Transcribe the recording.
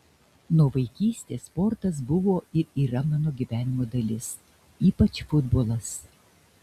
nuo vaikystės sportas buvo ir yra mano gyvenimo dalis ypač futbolas